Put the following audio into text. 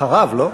אחריו, לא?